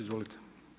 Izvolite.